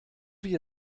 wie